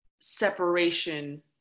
separation